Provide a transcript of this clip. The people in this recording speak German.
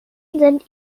sind